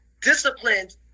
disciplined